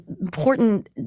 important